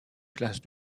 classe